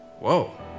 Whoa